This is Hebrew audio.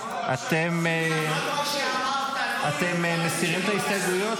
אתם מסירים את ההסתייגויות?